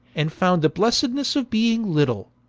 and found the blessednesse of being little.